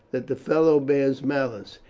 that the fellow bears malice.